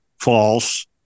false